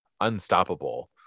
unstoppable